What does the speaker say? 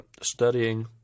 studying